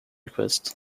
request